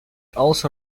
also